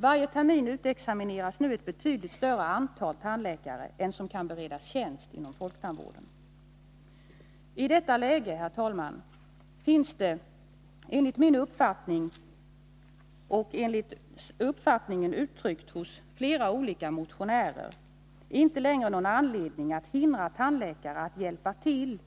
Varje termin utexamineras nu ett betydligt större antal tandläkare än som kan beredas tjänst inom folktandvården. I detta läge, herr talman, finns det enligt min uppfattning — och enligt den uppfattning som uttryckts av flera motionärer — inte längre någon anledning att hindra tandläkare att hjälpa till